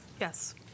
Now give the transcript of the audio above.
Yes